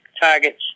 targets